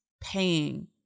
paying